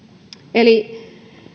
eli